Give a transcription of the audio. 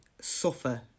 suffer